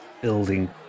building